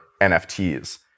NFTs